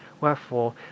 Wherefore